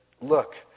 Look